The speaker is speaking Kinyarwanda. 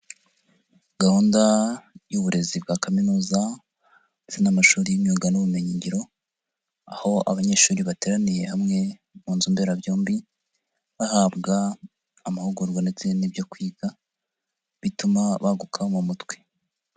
Gahunda y'uburezi bwa kaminuza n'amashuri y'imimyuga n'ubumenyingiro, aho abanyeshuri bateraniye hamwe, mu nzu mberabyombi, hahabwa amahugurwa ndetse n'ibyo kwiga, bituma baguka mu mutwe.